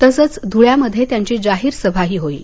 तसंच धुळ्यामध्ये त्यांची जाहीर सभाही होईल